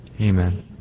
Amen